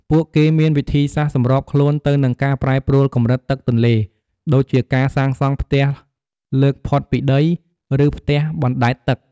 ពួកគេមានវិធីសាស្រ្តសម្របខ្លួនទៅនឹងការប្រែប្រួលកម្រិតទឹកទន្លេ ដូចជាការសាងសង់ផ្ទះលើកផុតពីដី ឬផ្ទះបណ្ដែតទឹក។